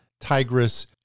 Tigris